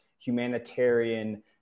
humanitarian